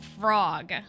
frog